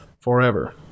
forever